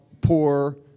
poor